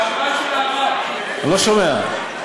אני לא שומע.